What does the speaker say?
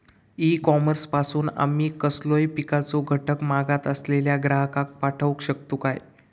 E commerce पासून आमी कसलोय पिकाचो घटक मागत असलेल्या ग्राहकाक पाठउक शकतू काय?